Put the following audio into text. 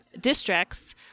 districts